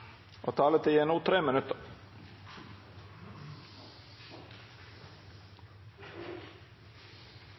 og er der i tre